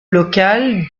local